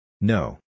No